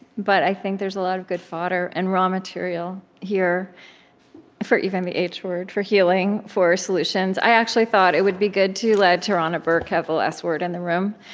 but i think there's a lot of good fodder and raw material here for even the h word for healing, for solutions. i actually thought it would be good to let tarana burke have the last word in and the room.